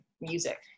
music